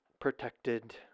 protected